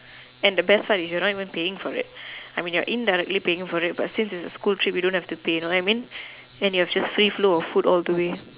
and the best part is you are not even paying for it I mean you are indirectly paying for it but since it's a school trip you don't have to pay you know what I mean then you have just free flow of food all the way